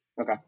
Okay